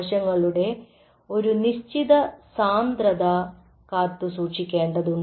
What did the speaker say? കോശങ്ങളുടെ ഒരു നിശ്ചിത സാന്ദ്രത കാത്തു സൂക്ഷിക്കേണ്ടതുണ്ട്